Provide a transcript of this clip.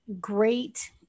great